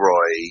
Roy